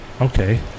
Okay